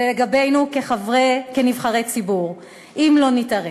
ולגבינו כנבחרי ציבור אם לא נתערב.